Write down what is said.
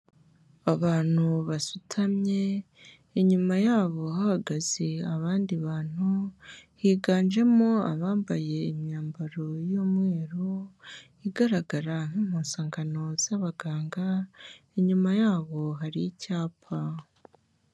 Abantu basutamye, inyuma yabo hahagaze abandi bantu, higanjemo abambaye imyambaro y'umweru, igaragara nk'impuzangano z'abaganga, inyuma yabo hari icyapa.